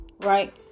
Right